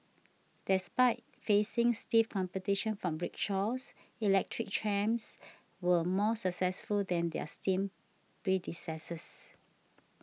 despite facing stiff competition from rickshaws electric trams were more successful than their steam predecessors